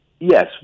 Yes